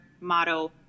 motto